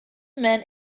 men